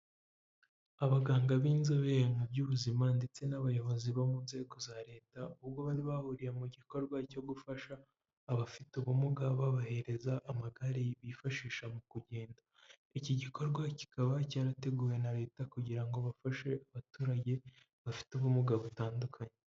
Abaganga b'inzobere mu by'ubuzima ndetse n'abayobozi bo mu nzego za leta ubwo bari bahuriye mu gikorwa cyo gufasha abafite ubumuga babahereza amagare bifashisha mu kugenda, iki gikorwa kikaba cyarateguwe na leta kugira ngo bafashe abaturage bafite ubumuga butandukanye.